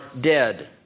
dead